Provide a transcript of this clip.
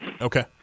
Okay